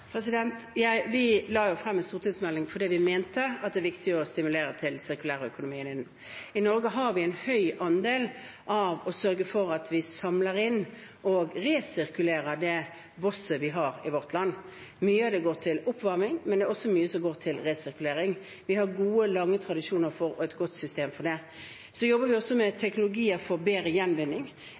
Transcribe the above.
Vi la frem en stortingsmelding fordi vi mente at det er viktig å stimulere til sirkulær økonomi. I Norge er det en høy andel som sørger for at vi samler inn og resirkulerer det bosset vi har i vårt land. Mye av det går til oppvarming, men det er også mye som går til resirkulering. Vi har gode og lange tradisjoner og et godt system for det. Så jobber vi også med teknologier for bedre gjenvinning.